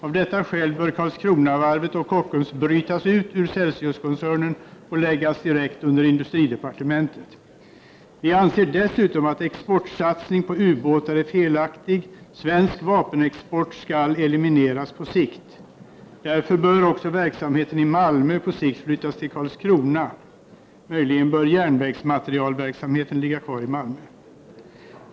Av detta skäl bör Karlskronavarvet och Kockums brytas ut ur Celsiuskoncernen och läggas direkt under industridepartementet. Vi anser dessutom att en exportsatsning på ubåtar är felaktig. Svensk vapenexport skall elimineras på sikt. Därför bör också verksamheten i Malmö på sikt flyttas till Karlskrona. Möjligen bör järnvägsmaterielverksamheten ligga kvar i Malmö.